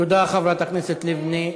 תודה, חברת הכנסת לבני.